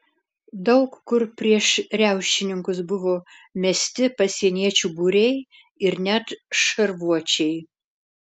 daug kur prieš riaušininkus buvo mesti pasieniečių būriai ir net šarvuočiai